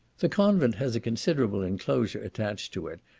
the convent has a considerable inclosure attached to it,